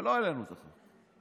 ולא העלינו את החוק.